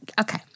Okay